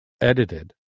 edited